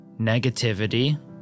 negativity